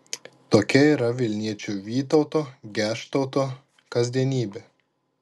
tokia yra vilniečio vytauto geštauto kasdienybė